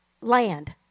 land